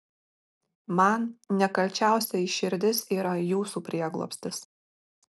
man nekalčiausioji širdis yra jūsų prieglobstis